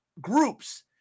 groups